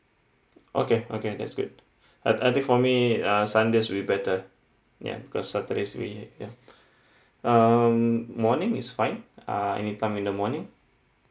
okay okay that's good I I think for me uh sundays will be better ya because saturdays we ya um morning is fine err anytime in the morning